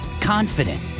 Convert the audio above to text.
confident